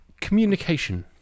communication